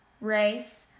race